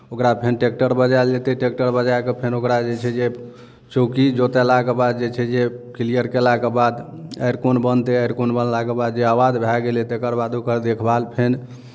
ओकरा फेर ट्रैक्टर बजायल जेतै ट्रैक्टर बजाए कऽ फेर ओकरा जे छै जे चौकी जोतेलाके बाद जे छै जे क्लियर कयलाके बाद आरि कोन बनतै आरि कोन बनलाके बाद जे आबाद भए गेलै तकर बाद ओकर देखभाल फेर